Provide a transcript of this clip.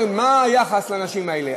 מה היחס לנשים האלה?